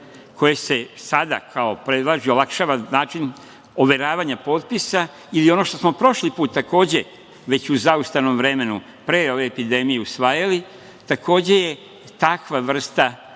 koje se sada predlažu, olakšava način overavanja potpisa, ili ono što smo prošli put takođe već u zaustavnom vremenu, pre ove epidemije usvajali, takođe je takva vrsta